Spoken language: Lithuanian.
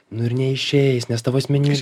nu ir neišeis nes tavo asmeny